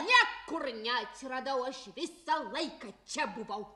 niekur neatsiradau aš visą laiką čia buvau